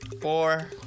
four